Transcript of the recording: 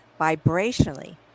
vibrationally